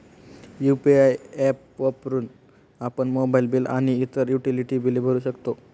UPI apps वापरून आपण mobile bill आणि इतर युटिलिटी बिले भरू शकतो